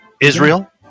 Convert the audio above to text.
Israel